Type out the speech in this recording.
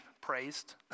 praised